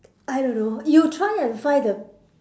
I don't know you try and find the